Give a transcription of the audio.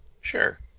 sure